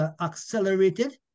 accelerated